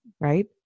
right